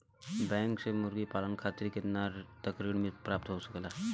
Bank से मुर्गी पालन खातिर कितना तक ऋण प्राप्त हो सकेला?